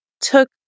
took